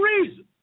reason